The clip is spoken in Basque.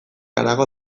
harago